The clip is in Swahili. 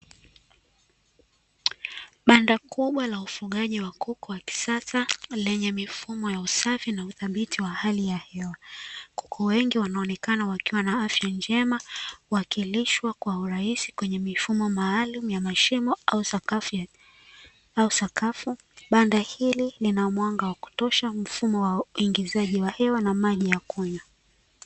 Banda kubwa la ufugaji wa kuku wa kisasa lenye mifumo ya usafi na udhabiti wa hali ya hewa, kuku wengi wanaonekana wakiwa na afya njema wakilishwa kwa urahisi kwenye mifumo maalumu ya mashimo au sakafu. Banda hili lina mwanga wa kutosha mfumo wa uingizaji wa hewa na maji ya kunywa.